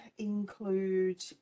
include